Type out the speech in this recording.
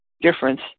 difference